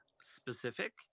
specific